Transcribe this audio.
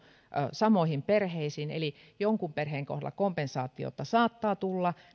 samoihin perheisiin eli jonkun perheen kohdalla näistä hallituksen toimista saattaa tulla